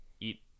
eat